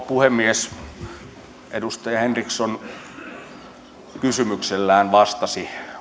puhemies edustaja henriksson kysymyksellään vastasi